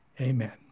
amen